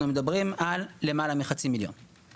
אנחנו מדברים על עלייה מאוד חדה של אחוז האחרים בישראל,